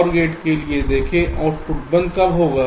OR gate के लिए देखें आउटपुट 1 कब होगा